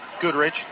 Goodrich